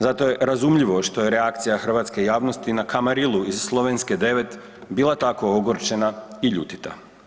Zato je razumljivo što je reakcija hrvatske javnosti na kamarilu iz Slovenske 9 bila tako ogorčena i ljutita.